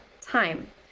time